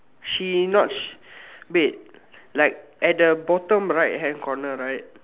she not wait like at the bottom right hand corner right